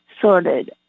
sorted